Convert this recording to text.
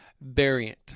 variant